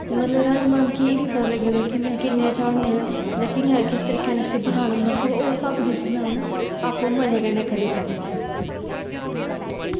मतलब राजमांह् मिगी एह् बी पता लग्गी जंदा कि में किन्ने चाढ़ने न जां कि'यां किस तरीके कन्नै इसी बनाना मतलब ओह् सब किश में हून आपूं मजे कन्नै करी सकनीं